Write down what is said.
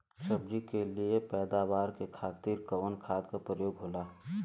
सब्जी के लिए पैदावार के खातिर कवन खाद के प्रयोग होला?